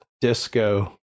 Disco